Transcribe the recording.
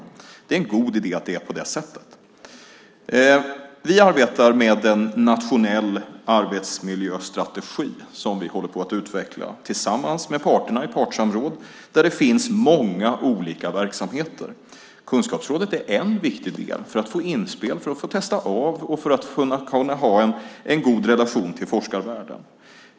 Det är en god idé att det är på det sättet. Vi arbetar med en nationell arbetsmiljöstrategi som vi håller på att utveckla tillsammans med parterna i partssamråd där det finns många olika verksamheter. Kunskapsrådet är en viktig del för att få inspel, för att få testa av och för att kunna ha en god relation till forskarvärlden.